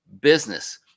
Business